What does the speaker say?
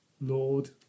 Lord